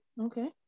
okay